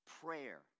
Prayer